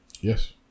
Yes